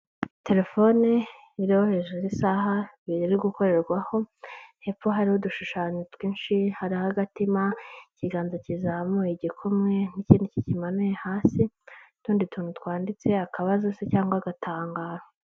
Telefone uriho hejuru isaha biri gukorerwaho hepfo hariho udushushanyo twinshi hari agatima, ikiganza kizamuye igikumwe n'ikindi kimanuye hasi, n'utundi tuntu twanditse akabazo se cyangwa agatangararo.